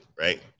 Right